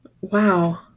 Wow